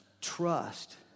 trust